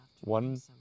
one